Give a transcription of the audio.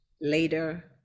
Later